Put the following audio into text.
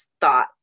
thought